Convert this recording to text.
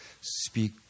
Speak